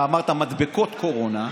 אתה אמרת: מדבקות קורונה.